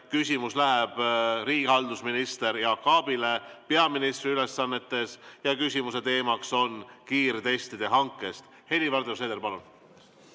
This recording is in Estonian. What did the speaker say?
Küsimus läheb riigihalduse minister Jaak Aabile peaministri ülesannetes. Küsimuse teema on kiirtestide hange. Helir-Valdor Seeder, palun!